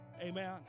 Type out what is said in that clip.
amen